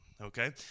okay